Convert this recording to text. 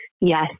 Yes